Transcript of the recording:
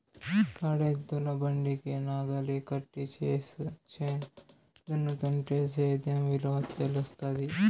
కాడెద్దుల బండికి నాగలి కట్టి చేను దున్నుతుంటే సేద్యం విలువ తెలుస్తాది